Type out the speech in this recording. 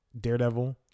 Daredevil